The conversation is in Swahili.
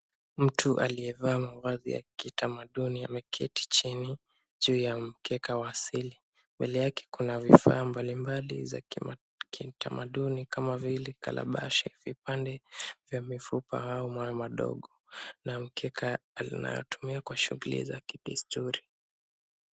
Mtu aliyevaa mavazi ya kitamaduni ameketi chini, juu ya mkeka wa asili. Mbele yake kuna vifaa mbali mbali za kitamaduni kama vile kalabashi, vipande vya mifupa au mawe madogo na mkeka unaotumia kwa shughuli za desturi.